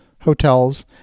hotels